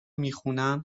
میخونن